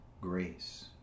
grace